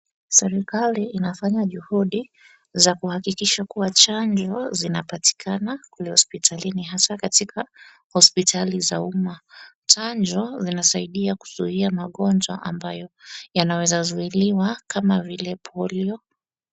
serikali inafanya juhudi za kuhakikisha kua chanjo zinapatikana kule hospitalini. Hasa katika hospitali za umma chanjo zinasaidia kuzuia magonjwa ambayo yanawezazuiliwa kama vile polio.